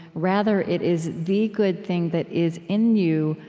rather, it is the good thing that is in you,